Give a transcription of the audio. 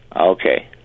Okay